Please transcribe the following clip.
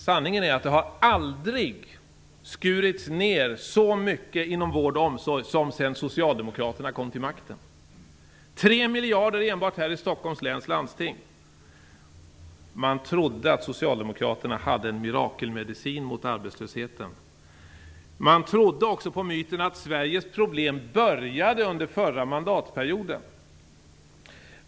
Sanningen är att det aldrig har skurits ned så mycket inom vård och omsorg som sedan socialdemokraterna kom tillbaka till makten - 3 miljarder enbart i Stockholms läns landsting. Man trodde att socialdemokraterna hade en mirakelmedicin mot arbetslösheten. Man trodde också på myten att Sveriges problem började under förra mandatperioden.